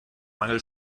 mangel